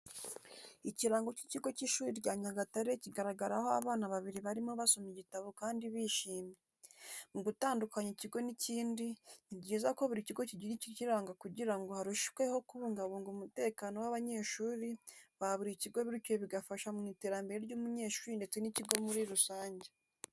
Ikirango cy'ikigo cy'ishuri rya Nyagatare kigaragaho abana babiri barimo basoma igitabo kandi bishimye. Mu gutandukanya ikigo n'ikindi, ni byiza ko buri kigo kigira ikikiranga kugira ngo harushweho kubungabunga umutekano w'abanyeshuri ba buri kigo bityo bigafasha mu iterambere ry'umunyeshuri ndetse n'ikigo muri rusange.